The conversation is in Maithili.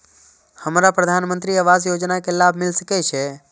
हमरा प्रधानमंत्री आवास योजना के लाभ मिल सके छे?